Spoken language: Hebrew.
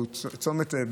היא צומת,